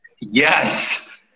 Yes